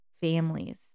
families